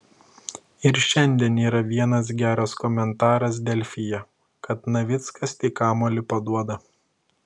ir šiandien yra vienas geras komentaras delfyje kad navickas tik kamuolį paduoda